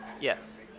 Yes